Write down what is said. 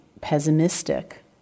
pessimistic